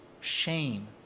shame